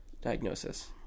diagnosis